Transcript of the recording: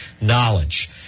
knowledge